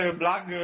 blog